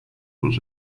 was